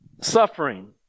suffering